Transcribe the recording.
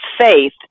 faith